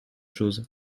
choses